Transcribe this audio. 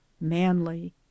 manly